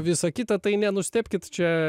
visa kita tai nenustebkit čia